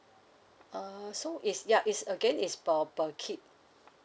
uh so it's ya it's again it's per per kid